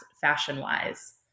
fashion-wise